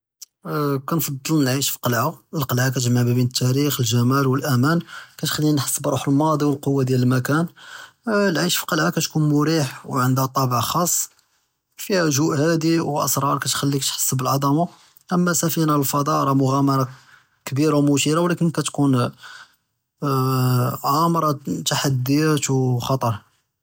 כּנפצל אלאעיש פי קלעת אלקלעה כתגמע בין אלתאריח ואלג׳מאל ואלאמאן כתכליני נכסב רוה אלמצי ואלקוה דיאל אלמקום, אלאעיש פי קלעת כתכון מריח וענדהא טאבע חצ׳אסה פיה ג׳וי הד׳ ואסראר כתכלכ נכסס בעלעזמה, אמה ספינה פי אלפדא׳ מג׳אמארה כבירה ומסתירה כתכון עמארה תחדיאת וחתר.